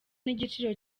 n’igiciro